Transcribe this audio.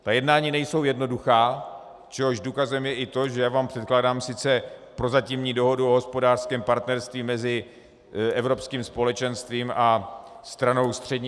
Ta jednání nejsou jednoduchá, čehož důkazem je i to, že vám sice předkládám prozatímní dohodu o hospodářském partnerství mezi Evropským společenstvím a stranou střední Afrika.